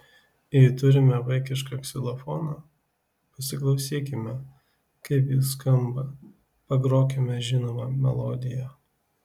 jei turime vaikišką ksilofoną pasiklausykime kaip jis skamba pagrokime žinomą melodiją